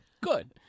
Good